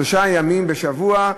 שלושה ימים בשבוע,